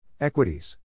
Equities